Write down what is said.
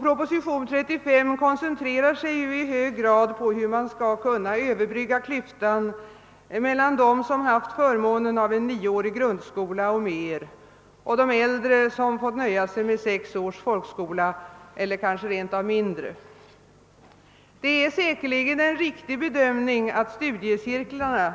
Propositionen 35 koncentrerar sig i hög grad på hur man skall kunna överbrygga klyftorna mellan dem som haft förmånen att gå igenom en nioårig grundskola eller mer och de äldre som fått nöja sig med sex års folkskola eller kanske rent av mindre. Det är säkerligen en riktig bedömning att studiecirklarna